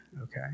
okay